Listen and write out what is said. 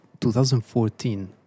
2014